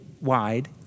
wide